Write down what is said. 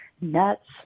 nuts